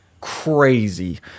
crazy